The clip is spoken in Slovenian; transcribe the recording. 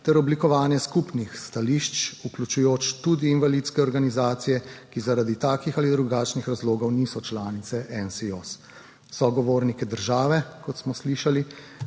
ter oblikovanje skupnih stališč, vključujoč tudi invalidske organizacije, ki zaradi takih ali drugačnih razlogov niso članice NSIOS. Sogovornike države, kot smo slišali,